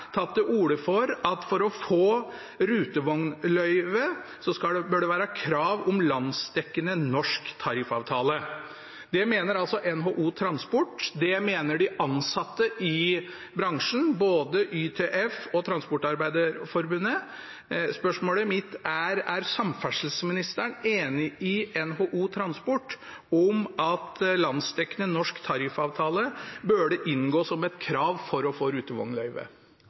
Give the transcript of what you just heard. tatt til orde for at for å få rutevognløyve bør det være krav om landsdekkende norsk tariffavtale. Det mener altså NHO Transport. Det mener de ansatte i bransjen, både Yrkestrafikkforbundet, og Transportarbeiderforbundet. Spørsmålet mitt er: Er samferdselsministeren enig med NHO Transport om at landsdekkende norsk tariffavtale bør inngå som et krav for å få